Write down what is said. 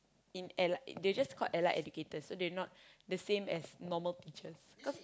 in Allied they're just called Allied-Educators so they're not the same as normal teachers cause